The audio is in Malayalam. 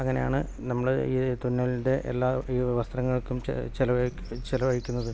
അങ്ങനെയാണ് നമ്മൾ ഈ തുന്നലിൻ്റെ എല്ലാ ഈ വസ്ത്രങ്ങൾക്കും ചിലവഴി ചിലവഴിക്കുന്നത്